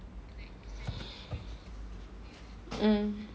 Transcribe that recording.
mm